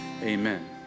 Amen